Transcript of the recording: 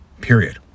period